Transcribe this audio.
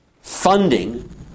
funding